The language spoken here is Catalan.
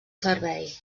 servei